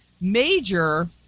major